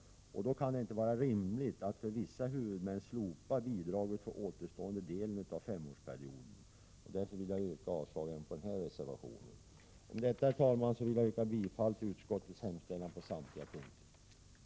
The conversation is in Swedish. Det kan då inte vara rimligt att för vissa huvudmän slopa bidraget för återstående del av femårsperioden. Därför vill jag yrka avslag på denna reservation. Prot. 1987/88:86 Herr talman! Med detta vill jag yrka bifall till utskottets hemställan på 17 mars 1988 samtliga punkter.